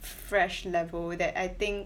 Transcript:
fresh level that I think